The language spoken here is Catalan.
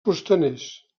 costaners